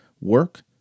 work